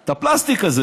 את הפלסטיק הזה